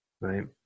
Right